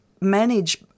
manage